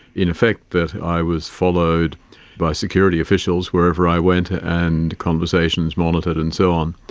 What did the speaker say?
in effect, that i was followed by security officials wherever i went and conversations monitored and so on.